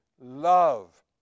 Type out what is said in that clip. love